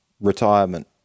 retirement